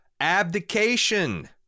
Abdication